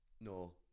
No